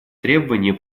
требования